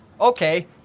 Okay